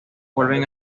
vuelven